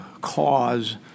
cause